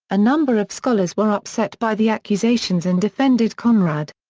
a number of scholars were upset by the accusations and defended conrad.